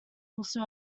also